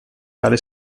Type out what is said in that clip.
tale